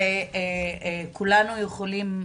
כולנו יכולים,